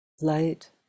light